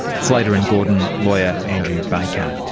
slater and gordon lawyer andrew baker.